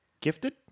gifted